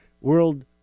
world